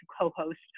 co-host